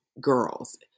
girls